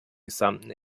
gesamten